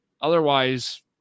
otherwise